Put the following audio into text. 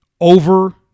over